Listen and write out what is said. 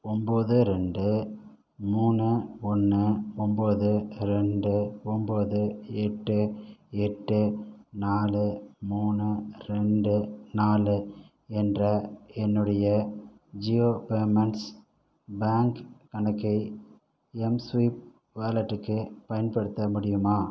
ஒம்பது ரெண்டு மூணு ஒன்று ஒம்பது ரெண்டு ஒம்பது எட்டு எட்டு நாலு மூணு ரெண்டு நாலு என்ற என்னுடைய ஜியோ பேமெண்ட்ஸ் பேங்க் கணக்கை எம்ஸ்வைப் வாலெட்டுக்கு பயன்படுத்த முடியுமா